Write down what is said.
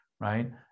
right